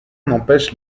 n’empêche